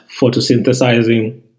photosynthesizing